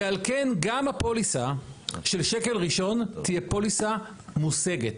ועל כן גם הפוליסה של שקל ראשון תהיה פוליסה מושגת.